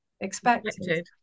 expected